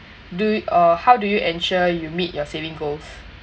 do or how do you ensure you meet your saving goals